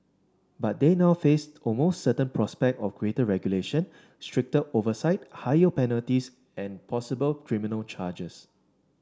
but they now face almost certain prospect of greater regulation stricter oversight higher penalties and possible criminal charges